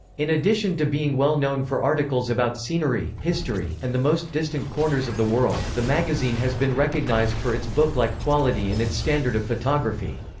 in addition to being well known for articles about scenery, history, and the most distant corners of the world, the magazine has been recognized for its book-like quality and its standard of photography.